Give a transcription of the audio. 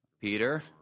Peter